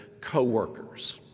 co-workers